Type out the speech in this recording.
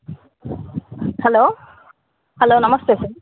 hello hello నమస్తే sir